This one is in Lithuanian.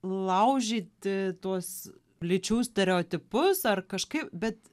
laužyti tuos lyčių stereotipus ar kažkai bet